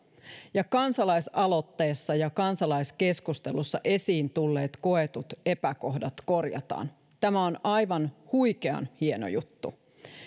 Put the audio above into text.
ja kansalaisaloitteessa ja kansalaiskeskustelussa esiin tulleet koetut epäkohdat korjataan tämä on aivan huikean hieno juttu